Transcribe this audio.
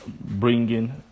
bringing